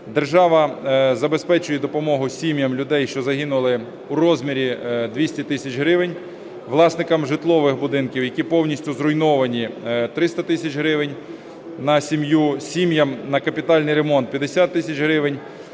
Держава забезпечує допомогу сім'ям людей, що загинули, у розмірі 200 тисяч гривень; власникам житлових будинків, які повністю зруйновані, 300 тисяч гривень на сім'ю; сім'ям на капітальний ремонт – 50 тисяч гривень;